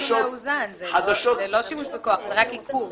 זה לא סמכות עיכוב.